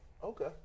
Okay